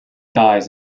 dies